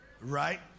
Right